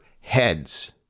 heads